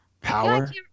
Power